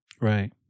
Right